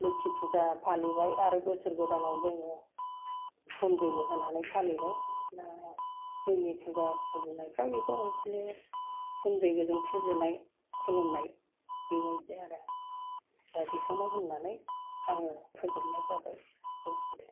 लोखि फुजा फालिबाय आरो बोसोर गोदानाव जोङो हुम जग्य होनानै फालिबाय जोंनि फुजा फुजिनायफोरा बेफोरबादिनो हुम जग्यजों फुजिनाय खुलुमनाय बेबादि आरो दा बेखौनो होननानै आङो फोजोबनाय जाबाय गोजोनथों